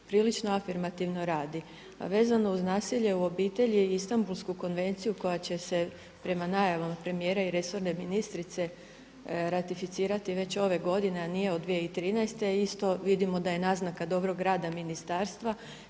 prilično afirmativno radi. A vezano uz nasilje u obitelji i Istambulsku konvenciju koja će se prema najavama premijera i resorne ministrice ratificirati već ove godine, a nije od 2013. i isto vidimo da je naznaka dobrog rada ministarstva